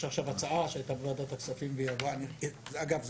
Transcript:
יש עכשיו הצעה שהייתה בוועדת הכספים ועברה אגב,